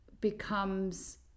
becomes